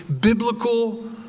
biblical